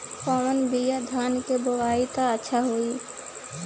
कौन बिया धान के बोआई त अच्छा होई?